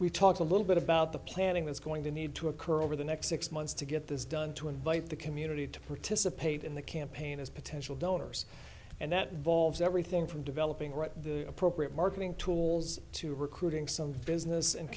we talked a little bit about the planning that's going to need to occur over the next six months to get this done to invite the community to participate in the campaign as potential donors and that volves everything from developing right the appropriate marketing tools to recruiting some business and